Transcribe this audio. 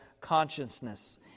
consciousness